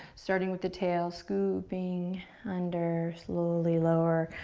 starting with the tail, scooping under, slowly lower,